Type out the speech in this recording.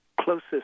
closest